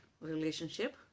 relationship